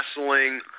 wrestling